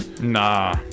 Nah